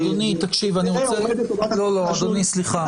לא, לא, אדוני, סליחה.